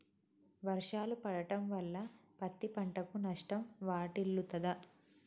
వర్షాలు పడటం వల్ల పత్తి పంటకు నష్టం వాటిల్లుతదా?